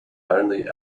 only